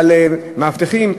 מאבטחים,